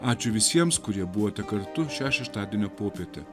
ačiū visiems kurie buvote kartu šią šeštadienio popietę